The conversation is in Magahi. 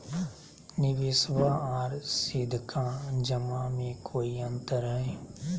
निबेसबा आर सीधका जमा मे कोइ अंतर हय?